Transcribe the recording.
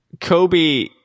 Kobe